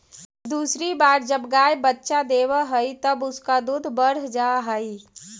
दूसरी बार जब गाय बच्चा देवअ हई तब उसका दूध बढ़ जा हई